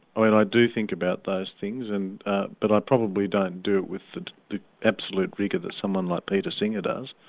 i mean i do think about those things, and ah but i probably don't do it with the the absolute vigour that someone like peter singer does.